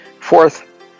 Fourth